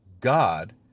God